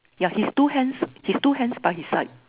yeah his two hands his two hands by his side